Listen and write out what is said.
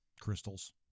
Crystals